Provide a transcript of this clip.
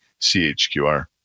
CHQR